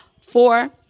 Four